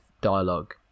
dialogue